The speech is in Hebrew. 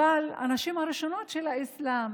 אבל הנשים הראשונות של האסלאם